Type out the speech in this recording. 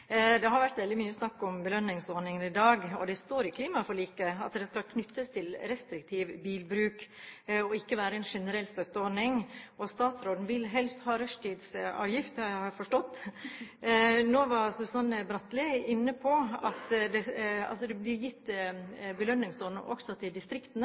Det har vært veldig mye snakk om belønningsordningen i dag, og det står i klimaforliket at den skal knyttes til restriktiv bilbruk, og ikke være en generell støtteordning, og statsråden vil helst ha rushtidsavgift, har jeg forstått. Nå var Susanne Bratli inne på at det blir gitt belønningsordning også til distriktene.